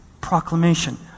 proclamation